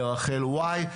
לרח"ל Y,